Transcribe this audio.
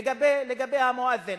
לגבי המואזין.